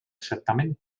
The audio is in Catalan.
certamen